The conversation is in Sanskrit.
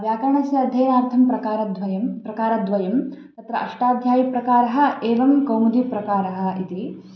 व्याकरणस्य अध्ययनार्थं प्रकारद्वयं प्रकारद्वयं तत्र अष्टाध्यायीप्रकारः एवं कौमुदीप्रकारः इति